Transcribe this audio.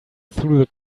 through